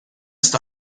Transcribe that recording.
ist